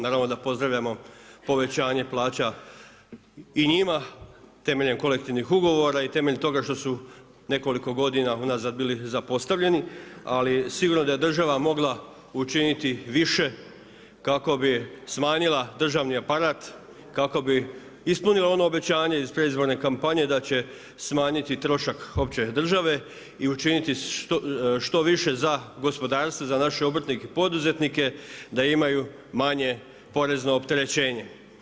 Naravno da pozdravljamo povećanje plaća i njima temeljem kolektivnih ugovora i temeljem toga što su nekoliko godina unazad bili zapostavljeni, ali sigurno da je država mogla učiniti više kako bi smanjila državni aparat, kako bi ispunila ono obećanje iz predizborne kampanje, da će smanjiti trošak opće države i učiniti što više za gospodarstvo, za naše obrtnike i poduzetnike da imaju manje porezno opterećenje.